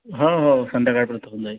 हं हो संध्याकाळपर्यंत होऊन जाईल